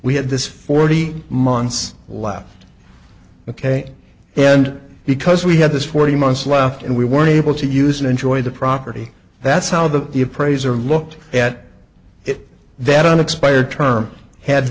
we had this forty months left ok and because we had this forty months left and we were able to use and enjoy the property that's how the the appraiser looked at it that unexpired term had